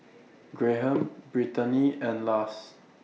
Graham Brittaney and Lars